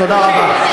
תודה רבה.